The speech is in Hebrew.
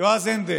יועז הנדל,